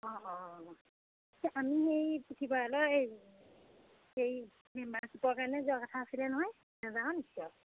অঁ অঁ আমি সেই পুথিভঁড়ালৰ এই সেই মেম্বাৰশ্বিপৰ কাৰণে যোৱা কথা আছিলে নহয় নাযাৱ নেকি আৰু